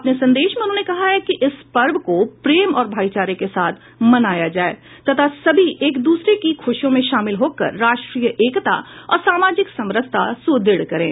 अपने संदेश में उन्होंने कहा है कि इस पर्व को प्रेम और भाईचारे के साथ मनाया जाए तथा सभी एक दूसरे की खुशियों में शामिल होकर राष्ट्रीय एकता और सामाजिक समरसता सुदृढ़ करें